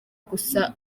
gusa